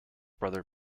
brother